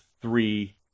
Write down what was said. three